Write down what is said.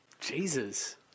Jesus